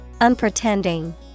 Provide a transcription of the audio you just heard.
Unpretending